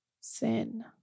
sin